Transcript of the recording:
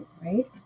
right